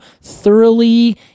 thoroughly